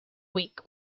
week